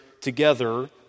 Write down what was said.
together